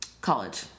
college